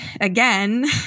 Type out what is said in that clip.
again